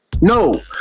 No